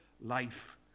life